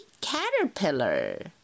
Caterpillar